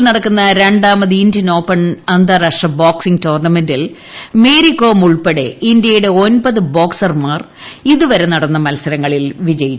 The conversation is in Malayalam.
ഗുവാഹത്തിയിൽ നടക്കുന്ന രണ്ടാമത് ഇന്ത്യൻ ഓപ്പൺ അന്താരാഷ്ട്ര ബോക്സിംഗ് ടൂർണമെന്റിൽ മേരികോം ഉൾപ്പെടെ ഇന്ത്യയുടെ ഒൻപത് ബോക്സർമാർ ഇതുവരെ നടന്ന മത്സരങ്ങളിൽ വിജയിച്ചു